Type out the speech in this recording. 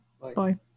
Bye